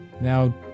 Now